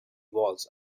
walls